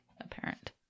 apparent